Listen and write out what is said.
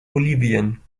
bolivien